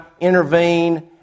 intervene